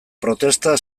protesta